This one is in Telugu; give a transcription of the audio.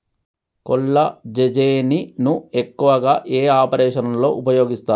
కొల్లాజెజేని ను ఎక్కువగా ఏ ఆపరేషన్లలో ఉపయోగిస్తారు?